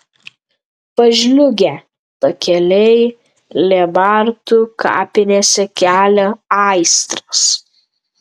pažliugę takeliai lėbartų kapinėse kelia aistras